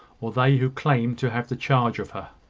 or they who claimed to have the charge of her!